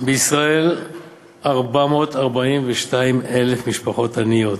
בישראל 442,000 משפחות עניות.